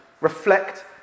reflect